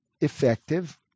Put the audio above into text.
effective